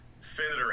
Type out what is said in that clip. Senator